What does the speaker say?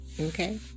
Okay